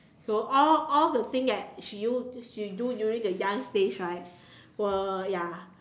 so all all the thing that she do she do during the young stage right will ya